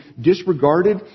disregarded